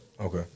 Okay